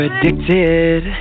Addicted